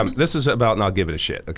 um this is about not giving a shit, like